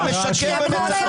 --- משקר במצח